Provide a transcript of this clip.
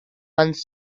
runs